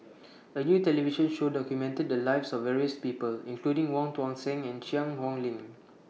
A New television Show documented The Lives of various People including Wong Tuang Seng and Cheang Hong Lim